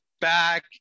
back